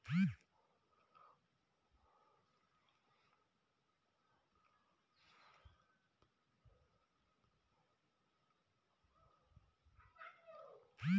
धान की फसल में भूरा धब्बा रोग लगने पर कौन सी कीटनाशक दवा का उपयोग करना चाहिए?